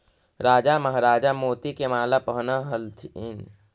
राजा महाराजा मोती के माला पहनऽ ह्ल्थिन